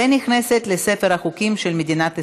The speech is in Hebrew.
ונכנסת לספר החוקים של מדינת ישראל.